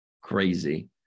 crazy